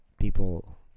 people